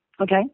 okay